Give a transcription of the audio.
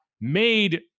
made